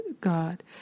God